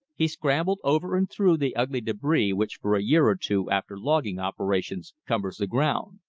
he scrambled over and through the ugly debris which for a year or two after logging operations cumbers the ground.